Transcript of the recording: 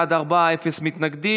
אם כן, בעד, ארבעה, אפס מתנגדים.